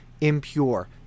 impure